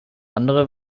andere